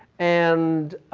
and